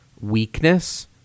weakness